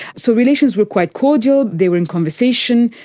so relations were quite cordial, they were in conversation,